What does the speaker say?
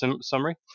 summary